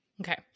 okay